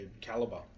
caliber